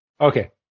Okay